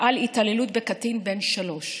התעללות בקטין בן שלוש.